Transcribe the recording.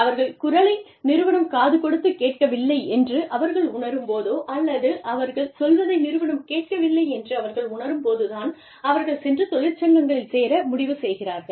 அவர்கள் குரலை நிறுவனம் காது கொடுத்து கேட்கவில்லை என்று அவர்கள் உணரும்போதோ அல்லது அவர்கள் சொல்வதை நிறுவனம் கேட்கவில்லை என்று அவர்கள் உணரும்போதுதான் அவர்கள் சென்று தொழிற்சங்கங்களில் சேர முடிவு செய்கிறார்கள்